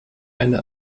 eine